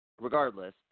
Regardless